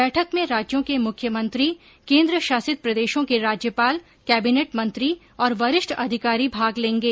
बैठक में राज्यों के मुख्यमंत्री केन्द्र शासित प्रदेशों के राज्यपाल केबीनेट मंत्री और वरिष्ठ अधिकारी भाग लेंगे